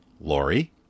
Lori